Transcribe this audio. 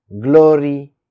glory